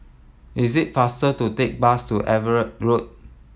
is it faster to take bus to Everitt Road